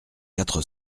quatre